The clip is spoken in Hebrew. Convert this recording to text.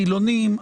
חילונים,